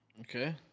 Okay